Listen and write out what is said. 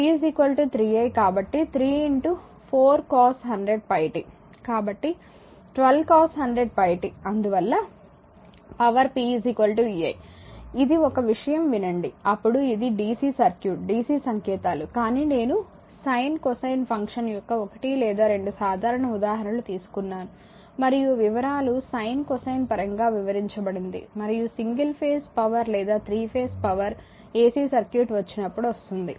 కాబట్టి 12 cos 100πt అందువల్ల power p vi ఇది ఒక విషయం వినండి అప్పుడు ఇది DC సర్క్యూట్ DC సంకేతాలు కానీ నేను సైన్ కొసైన్ ఫంక్షన్ యొక్క ఒకటి లేదా రెండు సాధారణ ఉదాహరణలు తీసుకున్నాను మరియు వివరాలు సైన్ కొసైన్ పరంగా వివరించబడింది మరియు సింగిల్ ఫేజ్ పవర్ లేదా 3 ఫేజ్ పవర్ ఎసి సర్క్యూట్ వచ్చినప్పుడు వస్తుంది